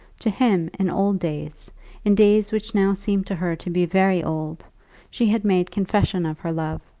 to him, in old days in days which now seemed to her to be very old she had made confession of her love.